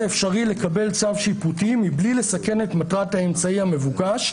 אפשרי לקבל צו שיפוטי מבלי לסכן את מטרתה אמצעי המבוקש,